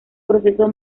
proceso